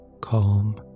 Calm